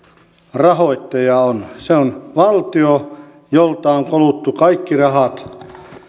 rahoittaja on se on valtio jolta on koluttu kaikki rahat